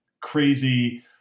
crazy